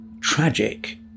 tragic